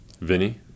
Vinny